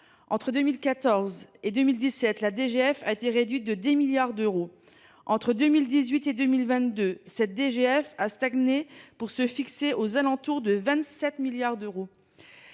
Entre 2014 et 2017, la DGF a été réduite de 10 milliards d’euros. Entre 2018 et 2022, son montant a stagné pour se fixer aux alentours de 27 milliards d’euros.